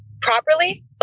properly